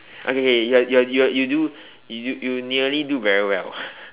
okay okay okay your your your you do you you nearly do very well